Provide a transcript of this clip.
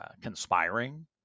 conspiring